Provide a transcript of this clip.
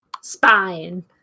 Spine